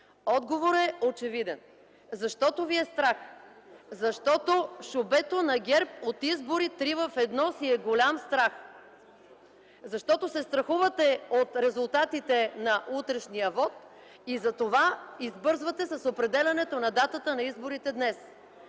Отговорът е очевиден: защото ви е страх, защото шубето на ГЕРБ от избори три в едно си е голям страх (смях от ГЕРБ), защото се страхувате от резултатите от утрешния вот! Затова избързвате с определянето на датата на изборите днес.